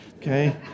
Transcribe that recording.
Okay